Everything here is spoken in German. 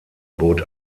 bot